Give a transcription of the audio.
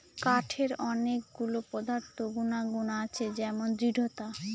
কাঠের অনেক গুলো পদার্থ গুনাগুন আছে যেমন দৃঢ়তা